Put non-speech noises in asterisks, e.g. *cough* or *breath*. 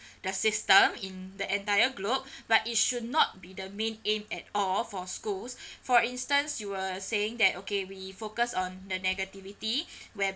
*breath* the system in the entire globe *breath* but it should not be the main aim at all for schools *breath* for instance you were saying that okay we focus on the negativity *breath* whereby